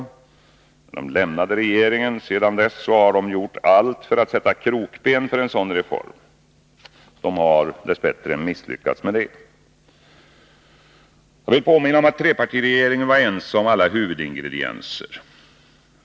Sedan de lämnade regeringen har de gjort allt för att försöka sätta krokben för en sådan reform. Dess bättre har de misslyckats med det. Jag vill påminna om att trepartiregeringen var ense om alla huvudingredienser.